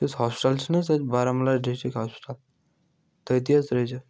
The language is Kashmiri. یُس ہاسپِٹل چھُ نہٕ حظ تَتہِ بارہمولا ڈِسٹرک ہاسپِٹل تٔتی حظ ترٛٲوزیٚو